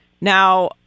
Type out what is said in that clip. Now